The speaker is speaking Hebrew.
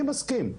אני מסכים,